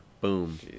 boom